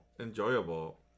enjoyable